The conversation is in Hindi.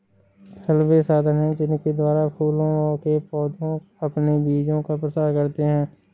फल वे साधन हैं जिनके द्वारा फूलों के पौधे अपने बीजों का प्रसार करते हैं